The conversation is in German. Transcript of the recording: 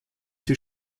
sie